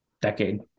decade